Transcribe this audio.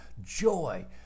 joy